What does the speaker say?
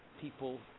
people